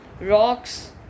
Rocks